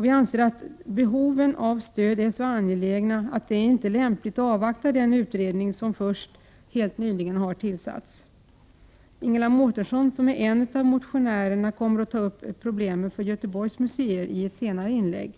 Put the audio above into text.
Vi anser att det är så angeläget att tillgodose behoven av stöd att det inte är lämpligt att avvakta den utredning som först helt nyligen har tillsatts. Ingela Mårtensson, en av motionärerna, kommer att ta upp de problem som gäller för Göteborgs museer i ett senare inlägg.